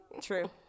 true